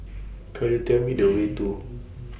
Could YOU Tell Me The Way to